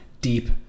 deep